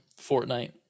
Fortnite